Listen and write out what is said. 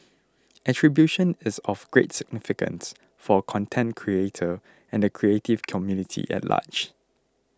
attribution is of great significance for a content creator and the creative community at large